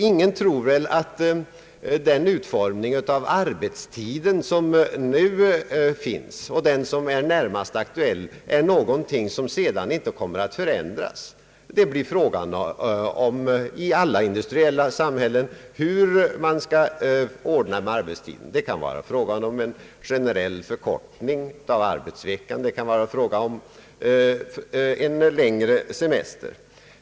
Ingen tror väl att den utformning som arbetstiden nu har och den som närmast är aktuell är någonting som inte kommer att förändras. Det blir i alla industriella samhällen ytterligare diskussion om hur arbetstiden skall ordnas. Det kan vara fråga om en generell förkortning av arbetsveckan, och det kan vara fråga om en längre semester.